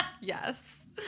yes